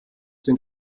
den